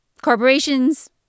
corporations